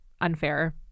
unfair